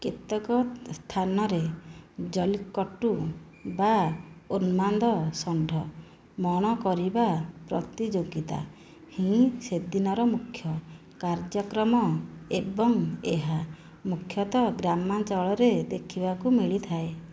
କେତେକ ସ୍ଥାନରେ ଜଲ୍ଲିକଟ୍ଟୁ ବା ଉନ୍ମାଦ ଷଣ୍ଢ ମଣ କରିବା ପ୍ରତିଯୋଗିତା ହିଁ ସେ ଦିନର ମୁଖ୍ୟ କାର୍ଯ୍ୟକ୍ରମ ଏବଂ ଏହା ମୁଖ୍ୟତଃ ଗ୍ରାମାଞ୍ଚଳରେ ଦେଖିବାକୁ ମିଳିଥାଏ